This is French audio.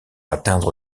atteindre